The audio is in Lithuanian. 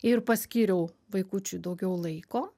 ir paskyriau vaikučiui daugiau laiko